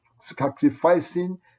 sacrificing